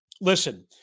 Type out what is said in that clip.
listen